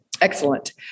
Excellent